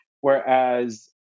Whereas